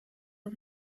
are